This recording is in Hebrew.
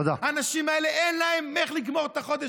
האנשים האלה, אין להם איך לגמור את החודש.